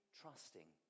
trusting